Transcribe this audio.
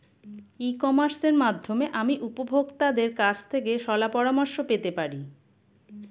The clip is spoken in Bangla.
ই কমার্সের মাধ্যমে আমি উপভোগতাদের কাছ থেকে শলাপরামর্শ পেতে পারি?